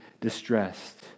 distressed